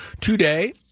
today